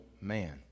man